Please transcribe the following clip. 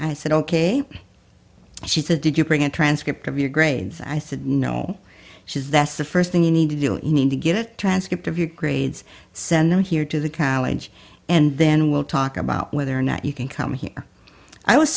i said ok she said did you bring a transcript of your grades i said no she is that's the first thing you need to do and you need to get it transcript of your grades send them here to the college and then we'll talk about whether or not you can come here i was